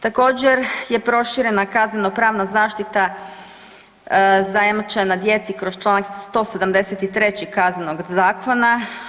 Također je proširena kaznenopravna zaštite zajamčena djeci kroz čl. 173 Kaznenog zakona.